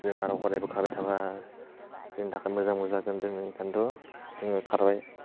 जोंहा आरो अरायबो खारबाय थाबा जोंनि थाखाय मोजांबो जागोन जों खिन्थु जोङो खारबाय